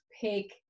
pick